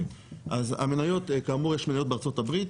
אז המניות כאמור יש מניות בארצות הברית,